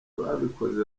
ababikoze